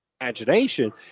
imagination